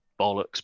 bollocks